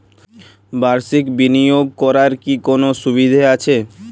বাষির্ক বিনিয়োগ করার কি কোনো সুবিধা আছে?